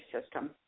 system